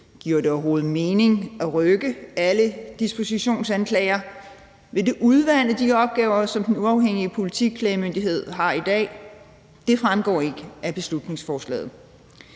Giver det overhovedet mening at rykke alle dispositionsklager? Vil det udvande de opgaver, som Den Uafhængige Politiklagemyndighed har i dag? Det fremgår ikke af beslutningsforslaget.